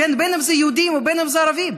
בין שזה יהודים ובין שזה ערבים,